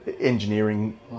engineering